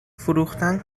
فروختن